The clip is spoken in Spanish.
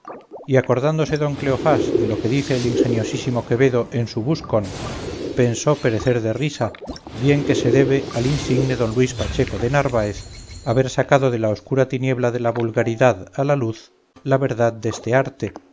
y acordándose don cleofás de lo que dice el ingeniosísimo quevedo en su buscón pensó perecer de risa bien que se debe al insigne don luis pacheco de narváez haber sacado de la obscura tiniebla de la vulgaridad a luz la verdad deste arte